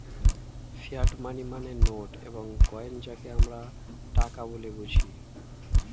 fiat money মানে note এবং coin যাকে আমরা টাকা বলে বুঝি